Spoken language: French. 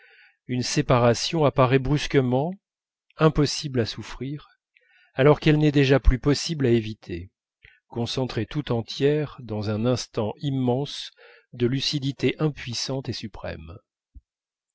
une séparation apparaît brusquement impossible à souffrir alors qu'elle n'est déjà plus possible à éviter concentrée tout entière dans un instant immense de lucidité impuissante et suprême